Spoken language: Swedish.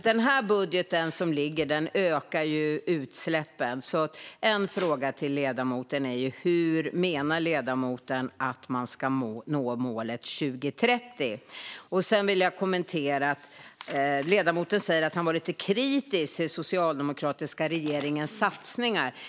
Den här budgeten ökar ju utsläppen, så en fråga till ledamoten är hur han menar att man ska nå målet 2030. Sedan vill jag kommentera att ledamoten säger att han var lite kritisk till den socialdemokratiska regeringens satsningar.